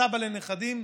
סבא לנכדים,